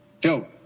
Joe